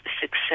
success